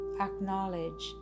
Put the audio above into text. Acknowledge